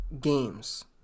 Games